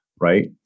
right